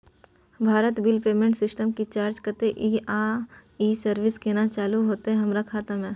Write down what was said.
Bharat bill payment system के charge कत्ते इ आ इ सर्विस केना चालू होतै हमर खाता म?